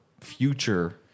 future